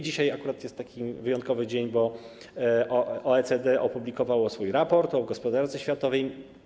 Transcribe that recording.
Dzisiaj akurat jest taki wyjątkowy dzień, bo OECD opublikowało swój raport o gospodarce światowej.